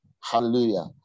Hallelujah